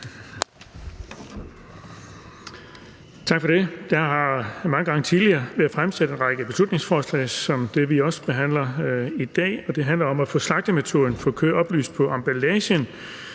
Tak for det. Jeg har mange gange tidligere fremsat en række beslutningsforslag som det, vi også behandler i dag, og det handler om at få slagtemetoden for køer oplyst på emballagen.